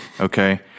okay